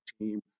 team